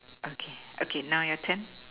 okay okay now your turn